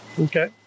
okay